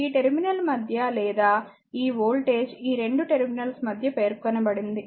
ఈ టెర్మినల్ మధ్య లేదా ఈ వోల్టేజ్ ఈ రెండు టెర్మినల్స్ మధ్య పేర్కొనబడింది